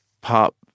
pop